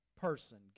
person